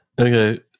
Okay